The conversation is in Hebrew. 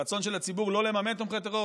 הרצון של הציבור לא לממן תומכי טרור,